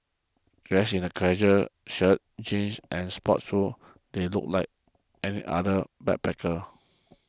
dressed in casual shirts jeans and sports shoes they looked like any other backpacker